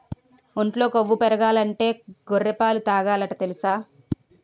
ఒంట్లో కొవ్వు పెరగాలంటే గొర్రె పాలే తాగాలట తెలుసా?